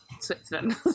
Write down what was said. switzerland